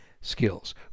skills